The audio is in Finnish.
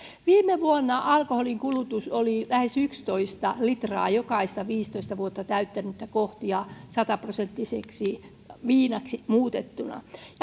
viime vuonna alkoholinkulutus oli lähes yksitoista litraa jokaista viisitoista vuotta täyttänyttä kohti ja sataprosenttiseksi viinaksi muutettuna